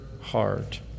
heart